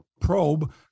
probe